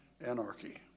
anarchy